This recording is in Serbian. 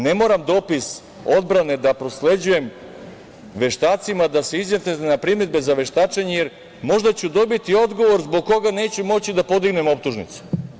Ne moram dopis odbrane da prosleđujem veštacima da se izjasne na primedbe za veštačenje jer možda ću dobiti odgovor zbog kog neću moći da podignem optužnicu.